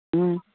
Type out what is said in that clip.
ꯎꯝ